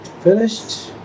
finished